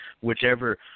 whichever –